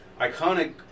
iconic